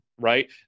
right